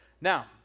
Now